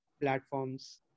platforms